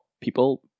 people